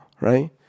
right